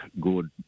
good